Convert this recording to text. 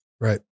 Right